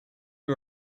you